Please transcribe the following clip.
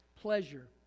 pleasure